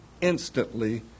instantly